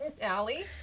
Allie